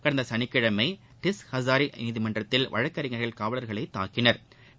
கடந்த சனிக்கிழமை டிஸ் அசாரி நீதிமன்றத்தில் வழக்கறிஞா்கள் காவலா்களை தாக்கினா்